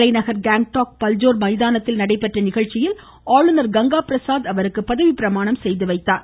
தலைநகர் கேங்டாக் பல்ஜோர் மைதானத்தில் நடைபெற்ற நிகழ்ச்சியில் ஆளுநர் கங்கா பிரசாத் அவருக்கு பதவி பிரமாணம் செய்து வைத்தார்